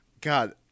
God